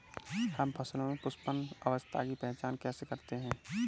हम फसलों में पुष्पन अवस्था की पहचान कैसे करते हैं?